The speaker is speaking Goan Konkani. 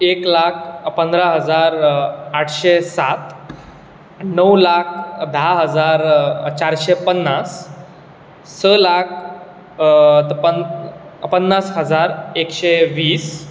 एक लाख पंदरा हजार आटशे सात णव लाक धा हजार चारशे पन्नास स लाक त पन पन्नास हजार एकशे वीस